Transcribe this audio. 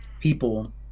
people